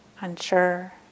unsure